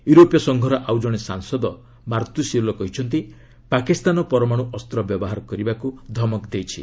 ୟୁରୋପୀୟ ସଂଘର ଆଉଜଣେ ସାଂସଦ ମାର୍ଭୁସିଏଲୋ କହିଛନ୍ତି ପାକିସ୍ତାନ ପରମାଣୁ ଅସ୍ତ ବ୍ୟବହାର କରିବାକୁ ଧମକ ଦେଇଛି